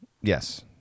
Yes